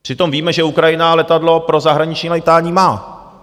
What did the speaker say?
Přitom víme, že Ukrajina letadlo pro zahraniční létání má.